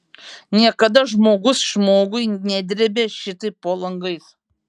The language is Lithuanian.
niekada žmogus žmogui nedrėbė šitaip po langais